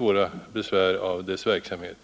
allvarligt besvärats av dess verksamhet.